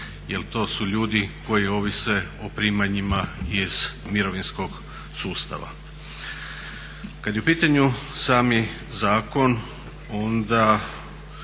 jer to su ljudi koji ovise o primanjima iz mirovinskog sustava. Kad je u pitanju sam zakon onda